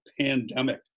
pandemic